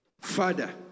Father